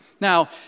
Now